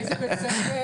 באיזה בית ספר?